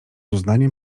uznaniem